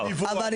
אני